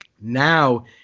now